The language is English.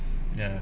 ya